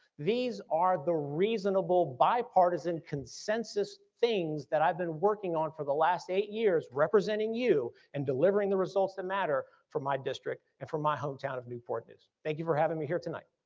these are the reasonable bipartisan consensus things that i've been working on for the last eight years representing you, and delivering the results that matter for my district and for my hometown of newport news. thank you for having me here tonight.